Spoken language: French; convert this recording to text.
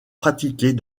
pratiquée